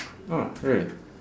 oh really